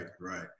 right